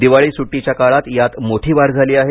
दिवाळी सुट्टीच्या काळात यात मोठी वाढ झाली आहे